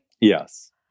Yes